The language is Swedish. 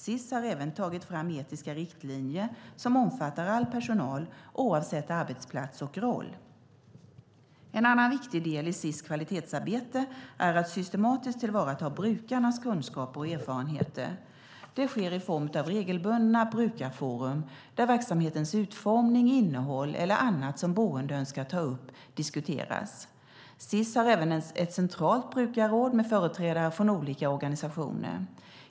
Sis har även tagit fram etiska riktlinjer som omfattar all personal oavsett arbetsplats och roll. En annan viktig del i Sis kvalitetsarbete är att systematiskt tillvarata brukarnas kunskaper och erfarenheter. Det sker i form av regelbundna brukarforum där verksamhetens utformning, innehåll eller annat som boende önskar ta upp diskuteras. Sis har även ett centralt brukarråd med företrädare från olika organisationer.